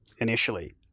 initially